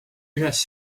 ühes